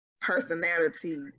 personality